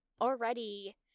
already